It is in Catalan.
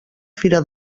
fira